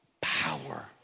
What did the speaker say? power